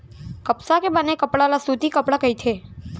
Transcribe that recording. कपसा के बने कपड़ा ल सूती कपड़ा कथें